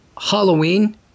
Halloween